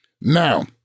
Now